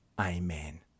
Amen